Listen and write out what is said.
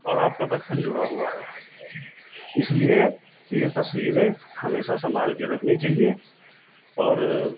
और आपका बचपन जुड़ा हुआ है इसलिए ये तस्वीरें हमेशा सम्भाल के रखनी चहिए और